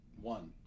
one